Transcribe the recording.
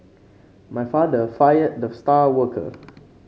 my father fired the star worker